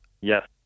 Yes